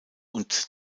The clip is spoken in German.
und